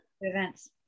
events